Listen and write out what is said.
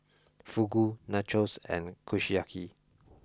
Fugu Nachos and Kushiyaki